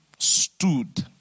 stood